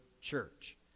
church